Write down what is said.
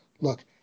look